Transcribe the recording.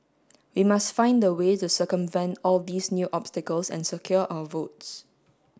we must find the way the circumvent all these new obstacles and secure our votes